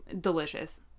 Delicious